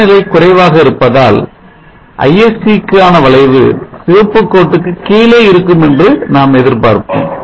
வெப்பநிலை குறைவாக இருப்பதால் Isc க்கான வளைவு சிவப்பு கோட்டுக்கு கீழே இருக்கும் என்று நாம் எதிர் பார்ப்போம்